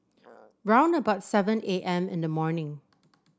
round about seven A M in the morning